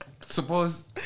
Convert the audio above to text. Suppose